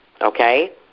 Okay